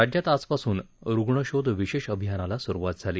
राज्यात आजपासून रुग्णशोध विशेष अभियानाला सुरुवात झाली